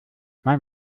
mein